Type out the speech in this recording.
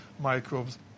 microbes